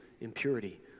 impurity